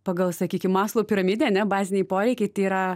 pagal sakykim aslu piramidę ane baziniai poreikiai tai yra